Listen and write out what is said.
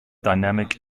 dynamic